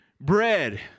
bread